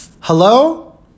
Hello